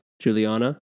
Juliana